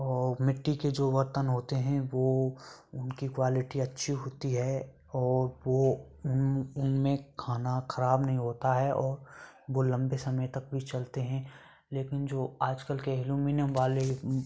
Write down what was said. और मिट्टी के जो बर्तन होते हैं वो उनकी क्वालिटी अच्छी होती है और वो उन उनमें खाना खराब नहीं होता है और वो लंबे समय तक भी चलते हैं लेकिन जो आजकल के एल्युमिनियम वाले